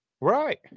Right